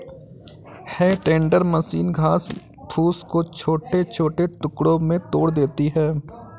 हे tender machine घास फूस को छोटे छोटे टुकड़ों में तोड़ देती है